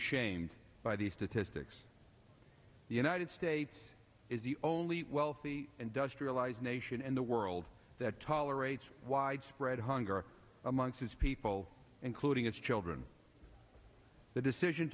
ashamed by these statistics the united states is the only wealthy industrialized nation in the world that tolerates widespread hunger amongst its people including its children the decision